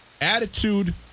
Attitude